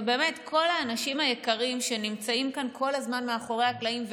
ובאמת כל האנשים היקרים שנמצאים כאן כל הזמן מאחורי הקלעים,